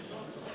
התקבל.